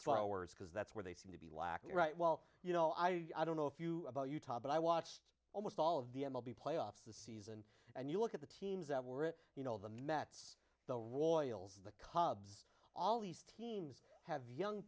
throwers because that's where they seem to be lacking right well you know i i don't know if you about utah but i watched almost all of the playoffs this season and you look at the teams that were it you know the mets the royals the cubs all these teams have young